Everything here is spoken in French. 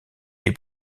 des